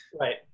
Right